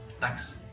Thanks